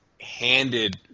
handed